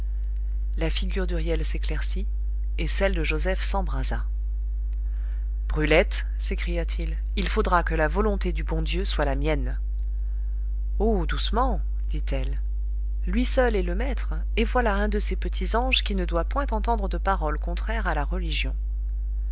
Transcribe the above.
la figure d'huriel s'éclaircit et celle de joseph s'embrasa brulette s'écria-t-il il faudra que la volonté du bon dieu soit la mienne oh doucement dit-elle lui seul est le maître et voilà un de ses petits anges qui ne doit point entendre de paroles contraires à la religion